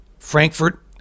frankfurt